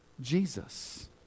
Jesus